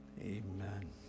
Amen